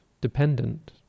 dependent